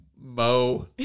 Mo